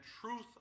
truth